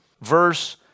verse